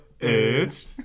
edge